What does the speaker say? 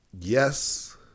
yes